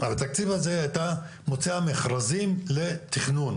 מהתקציב הזה היא הייתה מוציאה מכרזים לתכנון